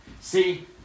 See